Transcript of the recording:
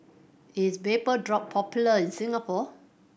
is Vapodrop popular in Singapore